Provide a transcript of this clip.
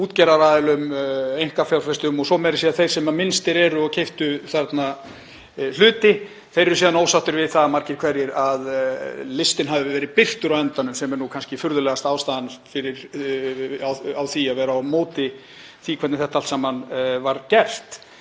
útgerðaraðilum, einkafjárfestum og meira að segja þeir sem minnstir eru og keyptu þarna hluti eru síðan ósáttir við það margir hverjir að listinn hafi verið birtur á endanum, sem er kannski furðulegasta ástæðan fyrir því að vera á móti því hvernig þetta allt saman var gert.